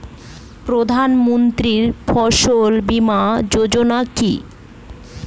প্রধানমন্ত্রী ফসল বীমা যোজনা কি?